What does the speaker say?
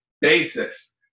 basis